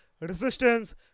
resistance